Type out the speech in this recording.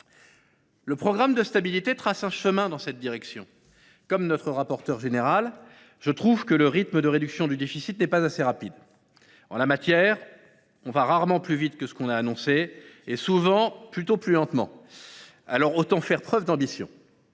Le programme de stabilité trace un chemin dans cette direction. Comme notre rapporteur général, je trouve que le rythme de réduction du déficit n’est pas assez rapide. Ce n’est pas exactement ce que j’ai dit ! En la matière, on va rarement plus vite que ce que l’on a annoncé ; souvent, on va plutôt plus lentement. Alors, autant faire preuve d’ambition